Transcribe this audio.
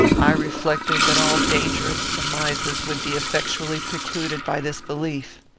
i reflected that all dangerous surmises would be effectually precluded by this belief.